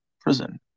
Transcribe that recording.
prison